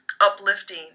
uplifting